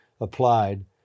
applied